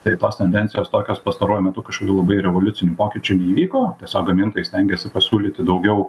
tai tos tendencijos tokios pastaruoju metu kažkokių labai revoliucinių pokyčių neįvyko tiesiog gamintojai stengiasi pasiūlyti daugiau